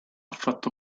fatto